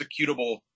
executable